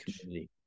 community